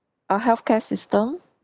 our healthcare system